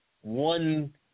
one